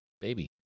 baby